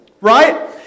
Right